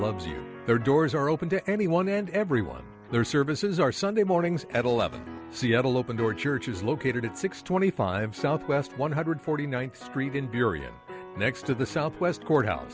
you there doors are open to anyone and everyone their services are sunday mornings at eleven seattle open door church is located at six twenty five south west one hundred forty ninth street in period next to the southwest courthouse